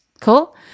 Cool